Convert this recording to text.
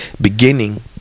beginning